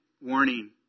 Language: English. warning